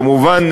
כמובן,